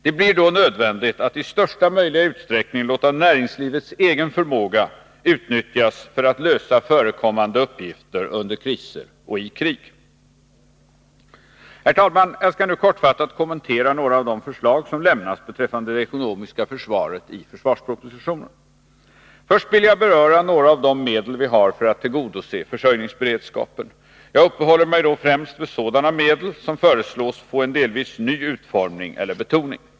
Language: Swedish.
Det blir då nödvändigt att i största möjliga utsträckning låta näringslivets egen förmåga utnyttjas för att lösa förekommande uppgifter under kriser och i krig. Jag skall nu kortfattat kommentera några av de förslag som lämnas Först vill jag beröra några av de medel vi har för att tillgodose försörjningsberedskapen. Jag uppehåller mig då främst vid sådana medel som föreslås få en delvis ny utformning eller betoning.